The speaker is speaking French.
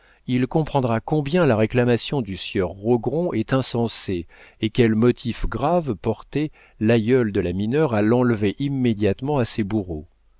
il comprendra combien la réclamation du sieur rogron est insensée et quels motifs graves portaient l'aïeule de la mineure à l'enlever immédiatement à ses bourreaux